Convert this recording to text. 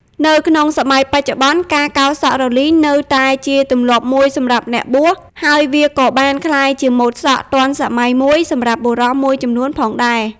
នៅក្នុងសម័យបច្ចុប្បន្ន ការកោរសក់រលីងនៅតែជាទម្លាប់មួយសម្រាប់អ្នកបួស ហើយវាក៏បានក្លាយជាម៉ូតសក់ទាន់សម័យមួយសម្រាប់បុរសមួយចំនួនផងដែរ។